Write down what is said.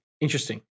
interesting